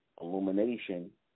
illumination